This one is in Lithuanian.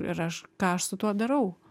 ir aš ką aš su tuo darau